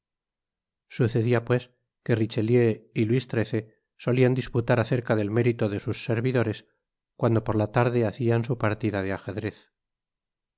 sucedia pues que richelieu y luis xiii solian disputar acerca del mérito de sus servidores cuando por la noche hacian su partida de ajedrez